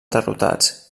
derrotats